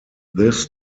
this